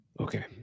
Okay